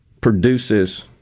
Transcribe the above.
produces